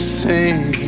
sing